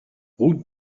route